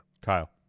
Kyle